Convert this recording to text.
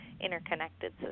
interconnected